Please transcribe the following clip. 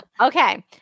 Okay